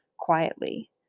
Quietly